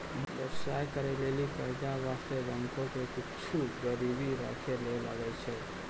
व्यवसाय करै लेली कर्जा बासतें बैंको के कुछु गरीबी राखै ले लागै छै